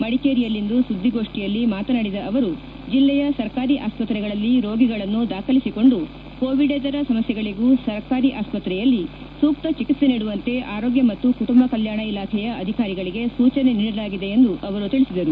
ಮಡಿಕೇರಿಯಲ್ಲಿಂದು ಸುದ್ದಿಗೋಷ್ಠಿಯಲ್ಲಿ ಮಾತನಾಡಿದ ಅವರು ಜಿಲ್ಲೆಯ ಸರ್ಕಾರಿ ಆಸ್ವತ್ರೆಗಳಲ್ಲಿ ರೋಗಿಗಳನ್ನು ದಾಖಲಿಸಿಕೊಂಡು ಕೋವಿಡೇತರ ಸಮಸ್ಥೆಗಳಗೂ ಸರ್ಕಾರಿ ಆಸ್ಪತ್ರೆಯಲ್ಲಿ ಸೂಕ್ತ ಚಿಕಿತ್ಸೆ ನೀಡುವಂತೆ ಆರೋಗ್ಯ ಮತ್ತು ಕುಟುಂಬ ಕಲ್ಯಾಣ ಇಲಾಖೆಯ ಅಧಿಕಾರಿಗಳಿಗೆ ಸೂಚನೆ ನೀಡಲಾಗಿದೆ ಎಂದು ಹೇಳಿದರು